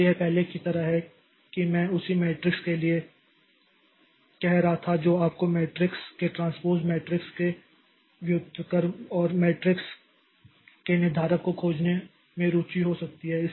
इसलिए यह पहले की तरह है कि मैं उसी मैट्रिक्स के लिए कह रहा था जो आपको मैट्रिक्स के ट्रांसपोज़ मैट्रिक्स के व्युत्क्रम और मैट्रिक्स के निर्धारक को खोजने में रुचि हो सकती है